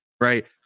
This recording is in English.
right